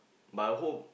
but I hope